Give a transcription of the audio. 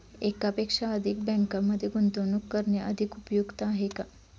एकापेक्षा अधिक बँकांमध्ये गुंतवणूक करणे अधिक उपयुक्त आहे का?